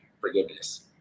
forgiveness